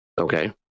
Okay